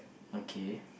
okay